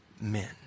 men